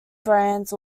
brands